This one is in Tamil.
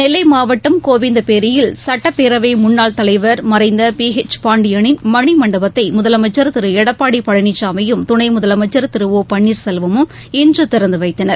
நெல்லை மாவட்டம் கோவிந்தப்பேரியில் சட்டப்பேரவை முன்னாள் தலைவர் மறைந்த பி எச் பாண்டியனின் மணிமண்டபத்தை முதலமைச்சர் திரு எடப்பாடி பழனிளாமியும் துணை முதலமைச்சர் திரு ஒ பன்னீர்செல்வமும் இன்று திறந்து வைத்தனர்